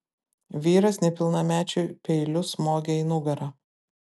vyras nepilnamečiui peiliu smogė į nugarą